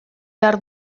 behar